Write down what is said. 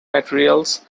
materials